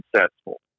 successful